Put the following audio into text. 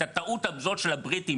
את הטעות הזאת של הבריטים,